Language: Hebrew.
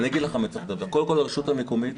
קודם כל, הרשות המקומית.